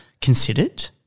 considered